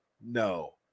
No